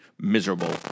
Miserable